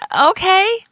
Okay